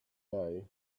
day